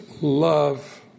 love